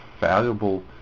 valuable